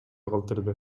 калтырды